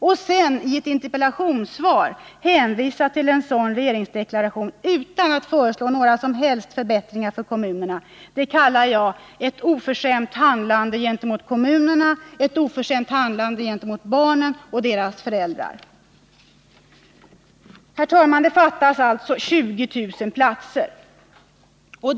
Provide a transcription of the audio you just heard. Att sedan i ett interpellationssvar hänvisa till en sådan regeringsdeklaration utan att föreslå några som helst förbättringar för kommunerna kallar jag ett oförskämt handlande gentemot kommunerna samt gentemot barnen och deras föräldrar. Herr talman! Det fattas alltså 20 000 platser inom barnomsorgen.